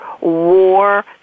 war